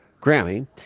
Grammy